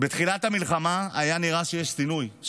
בתחילת המלחמה היה נראה שיש שינוי.